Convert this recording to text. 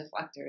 deflectors